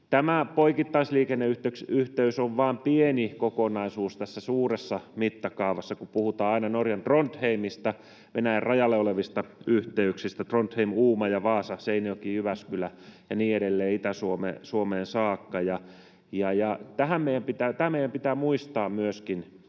Tämä poikittaisliikenneyhteys on vain pieni kokonaisuus suuressa mittakaavassa, kun puhutaan aina Norjan Trondheimista Venäjän rajalle olevista yhteyksistä, Trondheim—Uumaja—Vaasa—Seinäjoki—Jyväskylä ja niin edelleen Itä-Suomeen saakka. Tämä meidän pitää muistaa sekä